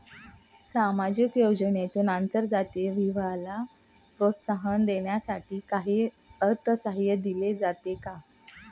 सामाजिक योजनेतून आंतरजातीय विवाहाला प्रोत्साहन देण्यासाठी काही अर्थसहाय्य दिले जाते का?